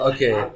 Okay